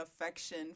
affection